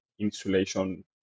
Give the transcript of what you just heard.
insulation